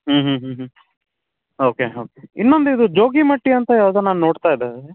ಹ್ಞೂ ಹ್ಞೂ ಹ್ಞೂ ಹ್ಞೂ ಓಕೆ ಓಕೆ ಇನ್ನೊಂದು ಇದು ಜೋಗಿಮಟ್ಟಿ ಅಂತ ಯಾವುದೋ ನಾನು ನೋಡ್ತಾ ಇದ್ದೆ